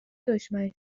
دشمن